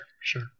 sure